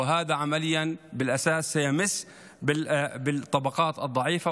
וזה יפגע בעיקר בשכבות החלשות,